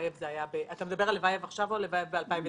אתה מדבר על לבייב עכשיו או על לבייב ב-2009?